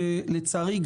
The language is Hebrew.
כי לצערי,